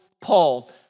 Paul